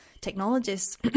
technologists